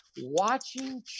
watching